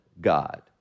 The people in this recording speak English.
God